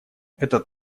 этот